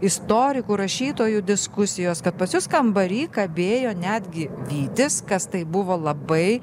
istorikų rašytojų diskusijos kad pas jus kambary kabėjo netgi vytis kas tai buvo labai